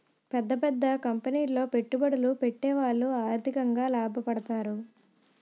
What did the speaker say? పెద్ద పెద్ద కంపెనీలో పెట్టుబడులు పెట్టేవాళ్లు ఆర్థికంగా లాభపడతారు